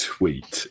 Tweet